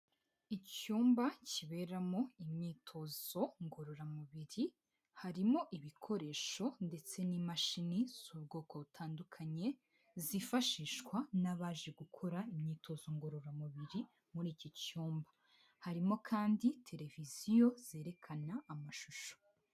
Icyumba kiberamo imyitozo ngororamubiri, harimo ibikoresho ndetse n'imashini z'ubwoko butandukanye, zifashishwa n'abaje gukora imyitozo ngororamubiri muri iki cyumba, harimo kandi televiziyo zerekana amashusho.